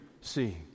see